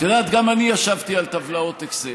את יודעת, גם אני ישבתי על טבלאות אקסל,